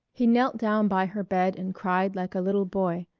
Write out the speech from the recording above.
he knelt down by her bed and cried like a little boy,